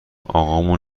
اقامون